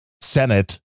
Senate